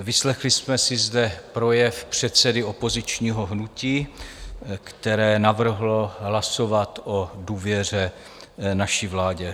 Vyslechli jsme si zde projev předsedy opozičního hnutí, které navrhlo hlasovat o důvěře naší vládě.